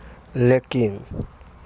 लेकिन